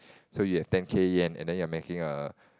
so you have ten K Yen and then you are making a